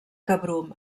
cabrum